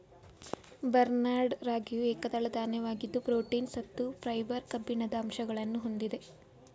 barnyard ರಾಗಿಯು ಏಕದಳ ಧಾನ್ಯವಾಗಿದ್ದು ಪ್ರೋಟೀನ್, ಸತ್ತು, ಫೈಬರ್, ಕಬ್ಬಿಣದ ಅಂಶಗಳನ್ನು ಹೊಂದಿದೆ